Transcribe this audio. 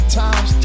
times